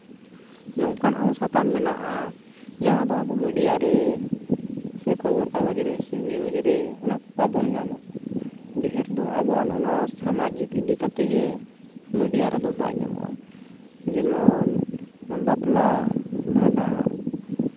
ᱱᱚᱝᱠᱟᱱᱟᱜ ᱦᱚᱸ ᱥᱟᱛᱟᱢ ᱢᱮᱱᱟᱜᱼᱟ ᱡᱟᱦᱟᱸ ᱫᱚ ᱟᱵᱚ ᱢᱤᱰᱤᱭᱟ ᱨᱮ ᱥᱮ ᱠᱷᱚᱵᱚᱨ ᱠᱟᱜᱚᱡᱽ ᱨᱮ ᱥᱮ ᱱᱤᱭᱩᱡᱽ ᱨᱮ ᱚᱱᱟ ᱠᱚ ᱵᱟᱵᱚᱱ ᱧᱟᱢᱟ ᱰᱷᱮᱹᱨ ᱫᱚ ᱟᱵᱚᱣᱟᱜ ᱚᱱᱟ ᱥᱟᱢᱟᱡᱤᱠ ᱤᱫᱤ ᱠᱟᱛᱮ ᱜᱮ ᱢᱤᱰᱤᱭᱟ ᱨᱮᱫᱚ ᱵᱟᱭ ᱧᱟᱢᱚᱜᱼᱟ ᱡᱮᱢᱚᱱ ᱵᱟᱯᱞᱟ ᱵᱷᱟᱸᱰᱟᱱ